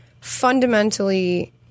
fundamentally